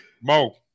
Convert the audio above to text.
Mo